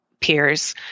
peers